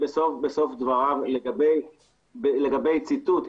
בסוף דבריו לגבי ציטוט,